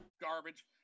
Garbage